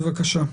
בבקשה.